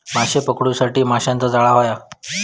माशे पकडूच्यासाठी माशाचा जाळां होया